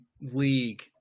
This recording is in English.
league